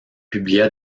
publia